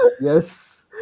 Yes